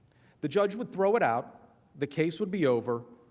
the judge would throw it out, the case would be over.